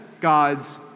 God's